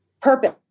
purpose